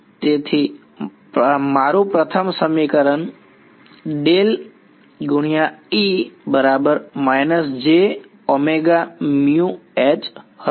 તેથી મારું પ્રથમ સમીકરણ હતું